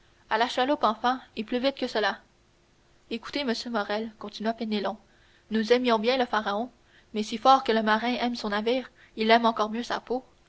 à la chaloupe enfants et plus vite que cela écoutez monsieur morrel continua penelon nous aimions bien le pharaon mais si fort que le marin aime son navire il aime encore mieux sa peau